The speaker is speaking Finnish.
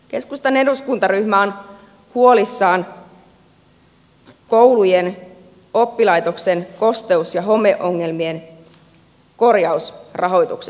keskustan eduskuntaryhmä on huolissaan koulujen oppilaitosten kosteus ja homeongelmien korjausrahoituksesta